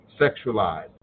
sexualized